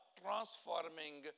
transforming